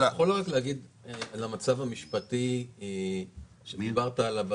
אתה יכול רק להגיד על המצב המשפטי שדיברת עליו?